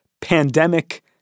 Pandemic